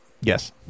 yes